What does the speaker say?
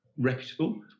reputable